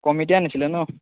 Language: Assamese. কমিটিয়ে আনিছিলে ন